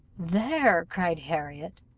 there! cried harriot,